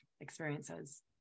experiences